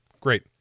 Great